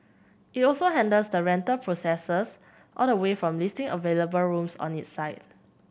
it also handles the rental processes all the way from listing available rooms on its site